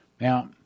Now